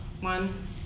One